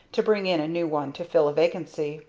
to bring in a new one to fill a vacancy.